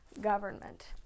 government